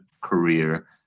career